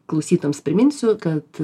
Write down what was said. klausytojams priminsiu kad